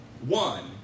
one